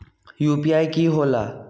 UPI कि होला?